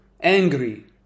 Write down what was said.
angry